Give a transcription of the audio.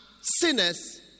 sinners